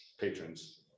patrons